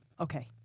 Okay